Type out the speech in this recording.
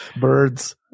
Birds